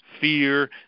fear